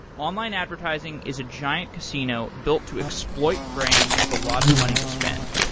online advertising is a giant casino built to exploit brands with a lot of money to spend,